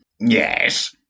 yes